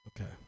Okay